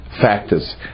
factors